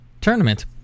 tournament